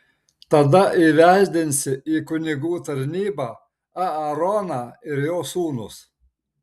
tada įvesdinsi į kunigų tarnybą aaroną ir jo sūnus